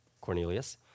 Cornelius